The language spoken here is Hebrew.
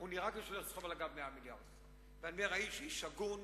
הוא איש הגון,